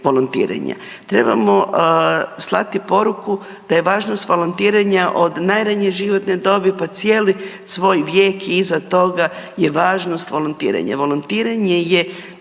Trebamo slati poruku da je važnost volontiranja od najranije životne dobi pa cijeli svoj vijek i iza toga je važnost volontiranja.